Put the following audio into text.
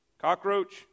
cockroach